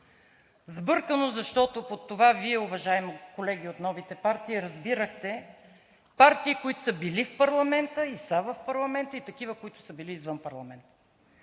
Сбъркано, защото под това, Вие уважаеми колеги от новите партии, разбирахте партии, които са били в парламента и са в парламента, и такива, които са били извън парламента.